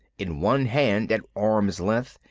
in one hand, at arm's length,